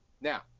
now